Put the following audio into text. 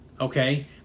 Okay